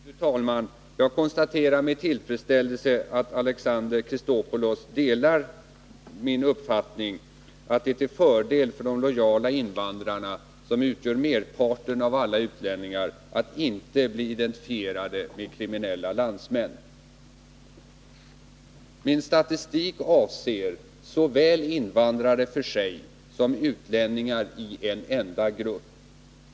Fru talman! Jag konstaterar med tillfredsställelse att Alexander Chrisopoulos delar min uppfattning, att det är till fördel för de lojala invandrarna, som utgör merparten av alla utlänningar, att inte bli identifierade med kriminella landsmän. Min statistik avser såväl invandrare för sig som utlänningar i en enda grupp.